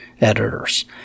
editors